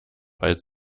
als